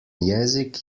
jezik